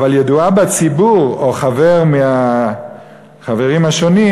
אבל ידועה בציבור או חבר מהחברים השונים,